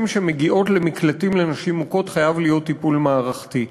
שמגיעות למקלטים לנשים מוכות חייב להיות טיפול מערכתי.